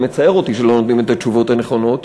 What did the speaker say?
זה מצער אותי שלא נותנים את התשובות הנכונות,